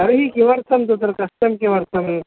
तर्हि किमर्थं तत्र कष्टं किमर्थम्